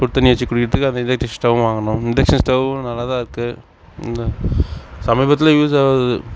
சுடு தண்ணி வெச்சு குடிக்கிறதுக்கு அந்த இண்டக்ஷன் ஸ்டவ் வாங்கினோம் இண்டக்ஷன் ஸ்டவ்வும் நல்லா தான் இருக்குது இந்த சமீபத்தில் யூஸ் ஆகுது